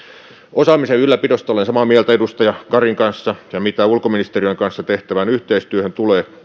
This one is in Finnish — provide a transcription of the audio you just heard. osaamisen ylläpidosta olen samaa mieltä edustaja karin kanssa ja mitä ulkoministeriön kanssa tehtävään yhteistyöhön tulee